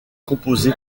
composée